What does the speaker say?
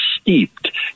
steeped